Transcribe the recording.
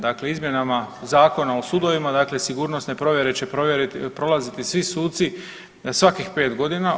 Dakle, izmjenama Zakona o sudovima dakle sigurnosne provjere će provjeriti, prolaziti svi suci svakih 5 godina.